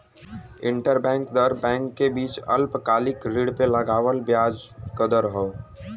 interbank दर bank के बीच अल्पकालिक ऋण पे लगावल ब्याज क दर हौ